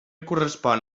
correspon